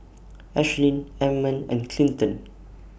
Ashlynn Ammon and Clinton